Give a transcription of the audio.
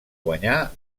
guanyar